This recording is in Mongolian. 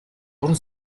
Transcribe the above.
уран